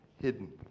hidden